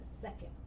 second